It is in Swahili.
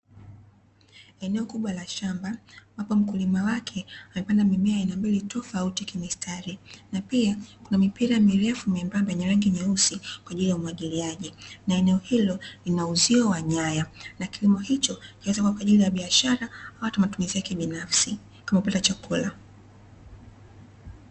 Eneo kubwa la shamba ambapo mkulima wake amepanda mimea aina mbili tofauti kimistari. Na pia kuna mipira mirefu myembamba yenye rangi nyeusi kwa ajili ya umwagiliaji. Na eneo hilo lina uzio wa nyaya. Na kilimo hicho kwa ajili ya biashara au kwa matumizi yake binafsi kama kupata chakula.